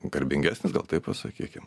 garbingesnis gal taip pasakykim